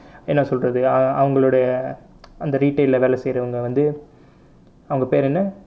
என்ன சொல்றது:enna solrathu uh அவங்களுடைய அந்த:avangaludaiya antha retail leh வேலை செய்றவங்க வந்து அவங்க பேரு என்ன:velai seiravanga vanthu avanga peru enna